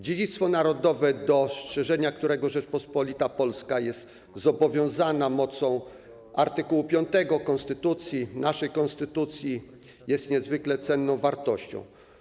Dziedzictwo narodowe, do strzeżenia którego Rzeczpospolita Polska jest zobowiązana mocą art. 5 konstytucji, naszej konstytucji, jest niezwykle cenną wartością.